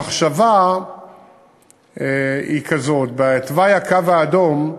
המחשבה היא כזאת: בתוואי "הקו האדום"